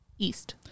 East